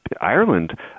Ireland